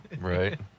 Right